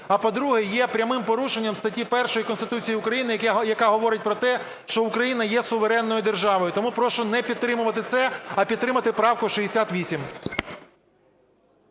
а, по-друге, є прямим порушенням статті 1 Конституції України, яка говорить про те, що Україна є суверенною державою. Тому прошу не підтримувати це, а підтримати правку 68.